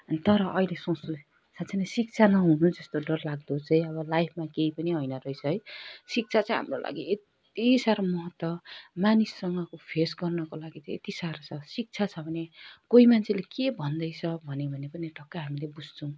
तर अहिले सोच्छु साँच्चै नै शिक्षा नहुनु जस्तो डरलाग्दो चाहिँ अब लाइफमा केही पनि होइन रहेछ है शिक्षा चाहिँ हाम्रो लागि यत्ति साह्रो महत्त्व मानिससँगको फेस गर्नको लागि यति साह्रो छ शिक्षा छ भने कोही मान्छेले के भन्दैछ भने भने ठक्कै हामीले बुझ्छौँ